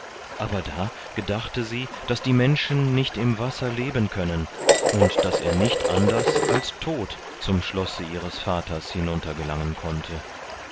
aber da gedachte sie daß die menschen nicht im wasser leben können und daß er nicht anders als tot zum schlosse ihres vaters hinuntergelangen konnte